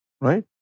Right